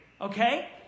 okay